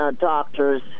doctors